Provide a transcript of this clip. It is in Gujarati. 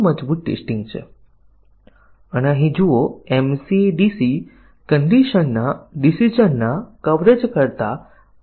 મૂળભૂત સ્થિતિની ચકાસણી માટે જ્યાં આપણે ચકાસીએ છીએ કે દરેક સ્થિતિ ઓછામાં ઓછી સાચી અને ખોટી કિંમતો લીધી છે કે કેમ આપણે શરતોના તમામ સંભવિત સંયોજનો લેતા નથી